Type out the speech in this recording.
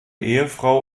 ehefrau